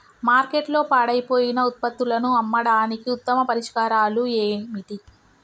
మార్కెట్లో పాడైపోయిన ఉత్పత్తులను అమ్మడానికి ఉత్తమ పరిష్కారాలు ఏమిటి?